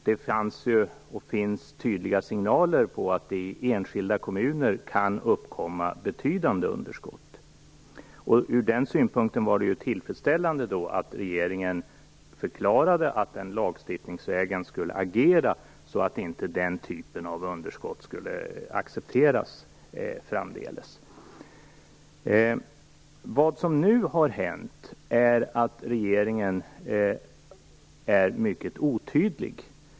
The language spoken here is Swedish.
Det fanns och finns tydliga signaler om att det i enskilda kommuner kan uppkomma betydande underskott. Från den synpunkten var det tillfredsställande att regeringen förklarade att den lagstiftningsvägen skulle agera så att den typen av underskott inte accepteras framdeles. Vad som nu har hänt är att regeringen är mycket otydlig.